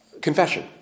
Confession